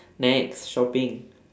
next shopping